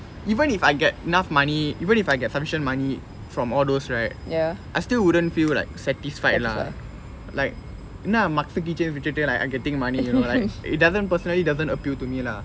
even if I get enough money even if I get sufficient money from all those right I still wouldn't feel like satisfied lah like என்ன:enna mug key chain வித்துட்டு:vithuttu I'm getting money you know like it doesn't personally doesn't appeal to me lah ya okay